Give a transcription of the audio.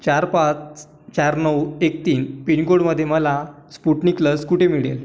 चार पाच चार नऊ एक तीन पिनकोडमध्ये मला स्पुटनिक लस कुठे मिळेल